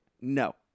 No